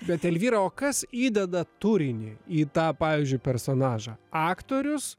bet elvyra o kas įdeda turinį į tą pavyzdžiui personažą aktorius